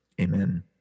Amen